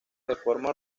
reforma